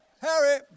Harry